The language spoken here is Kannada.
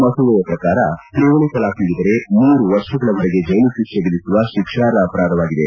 ಮಸೂದೆಯ ಶ್ರಕಾರ ತ್ರಿವಳಿ ತಲಾಖ್ ನೀಡಿದರೆ ಮೂರು ವರ್ಷಗಳವರೆಗೆ ಜೈಲು ಶಿಕ್ಷೆ ವಿಧಿಸುವ ಶಿಕ್ಷಾರ್ಹ ಅಪರಾಧವಾಗಿದೆ